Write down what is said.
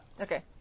Okay